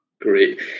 Great